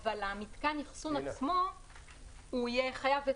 אבל מתקן האחסון עצמו יהיה חייב היתר,